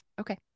Okay